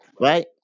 right